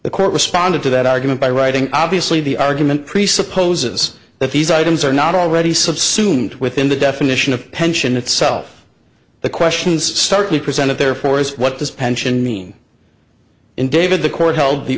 the court responded to that argument by writing obviously the argument presupposes that these items are not already subsumed within the definition of pension itself the questions start we presented therefore is what this pension mean in david the court held the